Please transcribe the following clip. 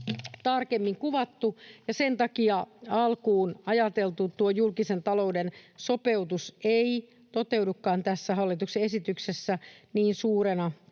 tarkemmin kuvattu, ja sen takia tuo alkuun ajateltu julkisen talouden sopeutus ei toteudukaan tässä hallituksen esityksessä niin suurena